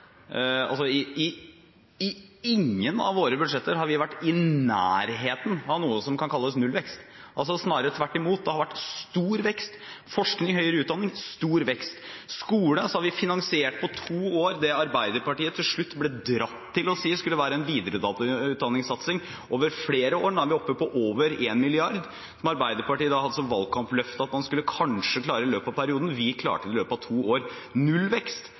av våre budsjetter har vi vært i nærheten av noe som kan kalles nullvekst. Snarere tvert imot har det vært stor vekst i forskning og høyere utdanning. På skole har vi finansiert på to år det Arbeiderpartiet til slutt ble dratt til å si skulle være en videreutdanningssatsing over flere år. Nå er vi oppe på over 1 mrd. kr, som Arbeiderpartiet hadde som valgkampløfte at man kanskje skulle klare i løpet av perioden. Vi klarte det i løpet av to år. Nullvekst: